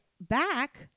back